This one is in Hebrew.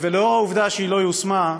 נוכח העובדה שהיא לא יושמה,